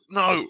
no